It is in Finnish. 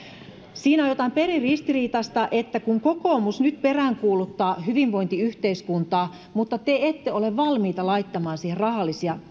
siinä on jotain perin ristiriitaista että kokoomus nyt peräänkuuluttaa hyvinvointiyhteiskuntaa mutta te ette ole valmiita laittamaan siihen rahallisia